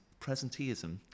presenteeism